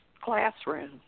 classroom